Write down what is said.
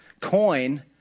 coin